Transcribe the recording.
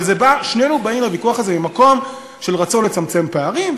אבל שנינו באים לוויכוח הזה ממקום של רצון לצמצם פערים,